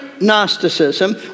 Gnosticism